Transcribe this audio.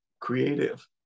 creative